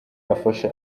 afasha